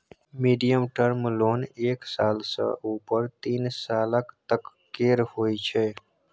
medium term loan एक साल सँ उपर तीन सालक तक केर होइ छै